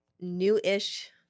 new-ish